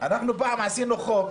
פעם עשינו חוק,